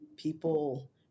People